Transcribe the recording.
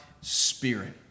spirit